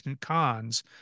cons